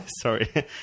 Sorry